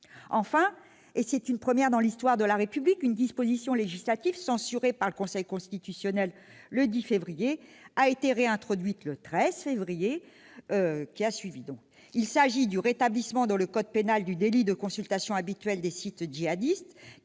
Enfin, et c'est une première dans l'histoire de la République, une disposition législative censurée par le Conseil constitutionnel le 10 février dernier a été réintroduite le 13 février suivant. Il s'agit du rétablissement dans le code pénal du délit de consultation habituelle de sites djihadistes,